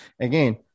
again